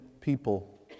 people